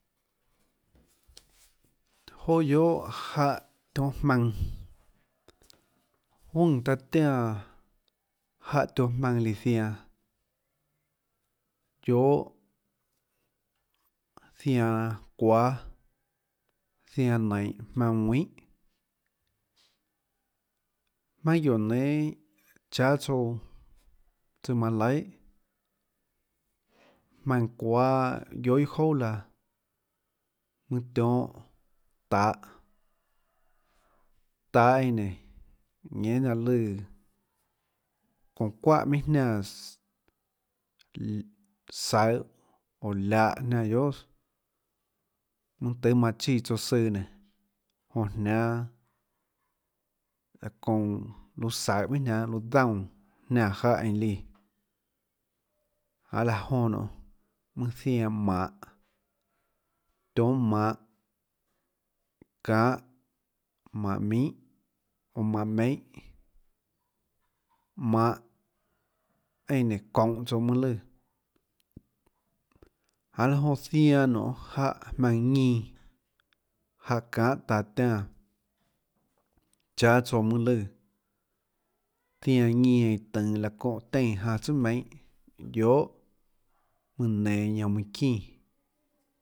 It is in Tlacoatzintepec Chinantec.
Tùnå joà guiohà jáhã tionhâ maønã, juønè taã tiánã jáhã tionhâ maønã líã zianã, guiohà zianã çuáâ, zianã nainhå maønã ðuinhà, maønâ guióå nénâ cháâ tsouã tsøã manã laihàmaønã çuáâ guiohà iâ jouà laã. mønâ tionhâ tahå, tahå eínã nénå ñenhê nanhå lùã çounã çuáhà minhà jniánãss saøhå oå liahå jniánã guiohàs, mønâ tøê manã chíã tsouã søã nénå jonã jniánâ laâ çounãluâ saihå minhà jniánâ luâ daúnâ jniáã jáhã eínã líã janê laã jonã nionê zianã manhå tionhâ manhå çanhâ manhå minhà oã manhå meinhâ manhå eínã nénå çounhå tsouã mønâ lùã janê laã jon zianã nonê jáhã maønã ñinã jáhã çanhâ taã tiánã chanâ tsouã mønâ lùã zianã ñinã eínã tønå laã çónhã teínã janã tsùà meinhâ guiohà mønã nenå ñanã mønã çínã